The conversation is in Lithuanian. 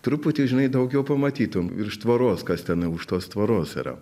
truputį žinai daugiau pamatytum virš tvoros kas ten už tos tvoros yra